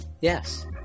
yes